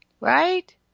Right